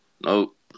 Nope